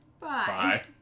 Bye